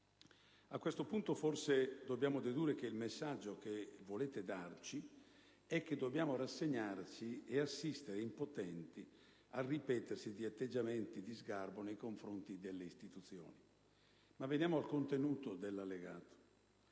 A questo punto, forse, dobbiamo dedurre che il messaggio che volete darci è che dobbiamo rassegnarci e assistere impotenti al ripetersi di atteggiamenti di sgarbo nei confronti delle istituzioni. Ma veniamo al contenuto dell'Allegato.